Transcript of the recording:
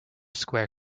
square